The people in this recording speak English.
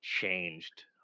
changed